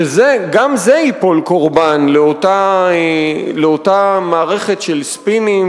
שגם זה ייפול קורבן לאותה מערכת של ספינים